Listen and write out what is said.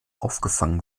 aufgefangen